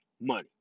money